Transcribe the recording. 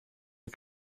een